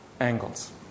angles